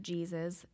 Jesus